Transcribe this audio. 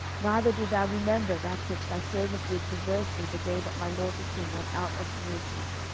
neither do thou remember that which thy servant did perversely the day that my lord the king went out of jerusalem,